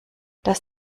das